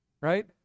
Right